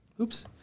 oops